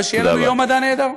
ושיהיה לנו יום מדע נהדר.